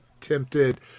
tempted